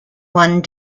one